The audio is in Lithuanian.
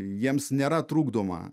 jiems nėra trukdoma